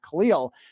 Khalil